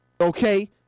okay